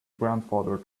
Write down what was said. grandfather